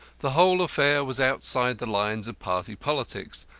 the whole affair was outside the lines of party politics,